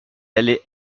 allait